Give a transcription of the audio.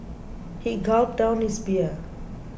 he gulped down his beer